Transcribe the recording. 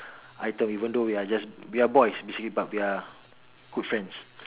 item even though we are just we are boys basically but we are good friends